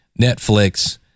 Netflix